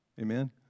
Amen